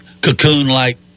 cocoon-like